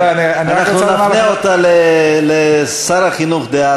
אנחנו נפנה אותה לשר החינוך דאז.